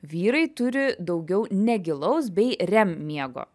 vyrai turi daugiau negilaus bei rem miego